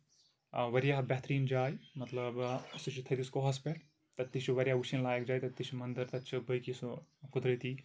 واریاہ بہتریٖن جاے مطلب سُہ چھُ تھٔدِس کوٚہس پٮ۪ٹھ تَتہِ تہِ چھُ واریاہ وٕچھنۍ لایق جاے تَتہِ چھِ مٔنٛدِر تتہِ چھِ باقٕے سُہ قُدرتی